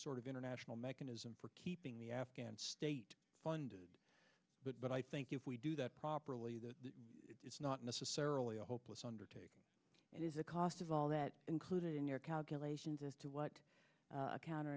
sort of international mechanism for keeping the afghan state funded but i think if we do that properly that it's not necessarily a hopeless undertake it is a cost of all that included in your calculations as to what account